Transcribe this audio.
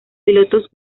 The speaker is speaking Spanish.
pilotos